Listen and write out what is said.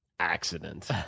Accident